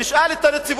תפסיק לאיים